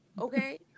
Okay